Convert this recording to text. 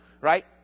Right